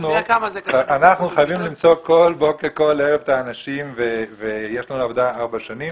אנחנו צריכים למצוא כל בוקר וכל ערב את האנשים ויש לנו עבודה ארבע שנים.